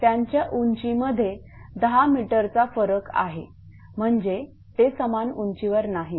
त्यांच्या उंची मध्ये 10m चा फरक आहे म्हणजे ते समान उंचीवर नाहीत